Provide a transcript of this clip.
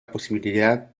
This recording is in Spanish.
posibilidad